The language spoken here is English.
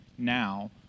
now